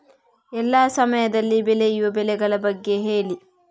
ಎಲ್ಲಾ ಸಮಯದಲ್ಲಿ ಬೆಳೆಯುವ ಬೆಳೆಗಳ ಬಗ್ಗೆ ಹೇಳಿ